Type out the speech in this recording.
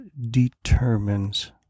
determines